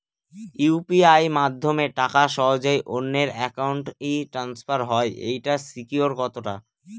UPI মাধ্যমে টাকা সহজেই অন্যের অ্যাকাউন্ট ই ট্রান্সফার হয় এইটার সিকিউর কত টা?